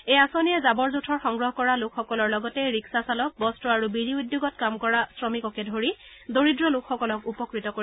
এই আঁচনিয়ে জাৱৰ জোঁথৰ সংগ্ৰহ কৰা লোকসকলৰ লগতে ৰিক্সা চালক বস্ত্ৰ আৰু বিড়ি উদ্যোগত কাম কৰা শ্ৰমিককে ধৰি দৰিদ্ৰ লোকসকলক উপকৃত কৰিব